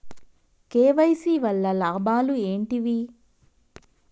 KYC వల్ల లాభాలు ఏంటివి?